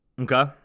Okay